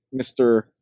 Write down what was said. Mr